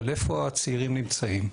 אבל איפה הצעירים נמצאים?